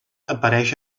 apareix